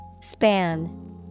Span